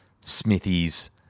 Smithies